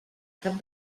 cap